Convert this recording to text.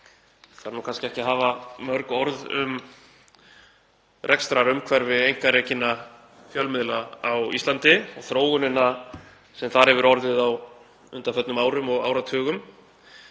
Það þarf kannski ekki að hafa mörg orð um rekstrarumhverfi einkarekinna fjölmiðla á Íslandi og þróunina sem þar hefur orðið á undanförnum árum og áratugum.